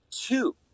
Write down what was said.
two